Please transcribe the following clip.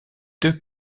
deux